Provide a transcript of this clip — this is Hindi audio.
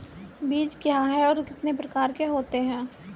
बीज क्या है और कितने प्रकार के होते हैं?